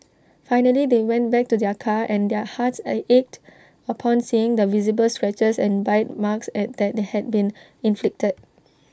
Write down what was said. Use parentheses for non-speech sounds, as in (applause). finally they went back to their car and their hearts (unintelligible) ached upon seeing the visible scratches and bite marks at that had been inflicted